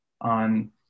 on